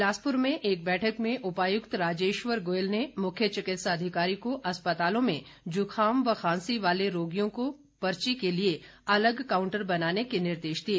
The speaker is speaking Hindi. बिलासपुर में एक बैठक में उपायुक्त राजेश्वर गोयल ने मुख्य चिकित्सा अधिकारी को अस्पतालों में जुखाम खांसी वाले रोगियों की पर्ची के लिए अलग कांउटर बनाने के निर्देश दिए